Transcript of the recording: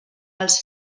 els